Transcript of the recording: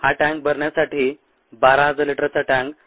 हा टँक भरण्यासाठी 12000 लिटरचा टँक